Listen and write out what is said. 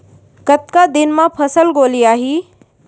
कतका दिन म फसल गोलियाही?